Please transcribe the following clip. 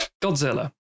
Godzilla